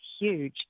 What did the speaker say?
huge